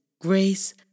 grace